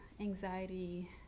anxiety